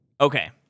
Okay